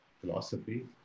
philosophy